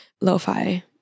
Lo-Fi